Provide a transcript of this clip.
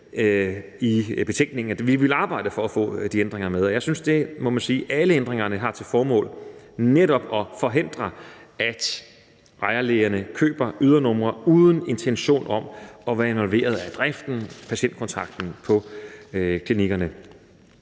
nemlig at vi ville arbejde for at få de ændringer med. Og jeg synes, man må sige, at alle ændringerne har til formål netop at forhindre, at ejerlægerne køber ydernumre uden intention om at være involveret i driften og patientkontakten på klinikkerne.